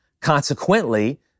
Consequently